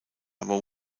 aber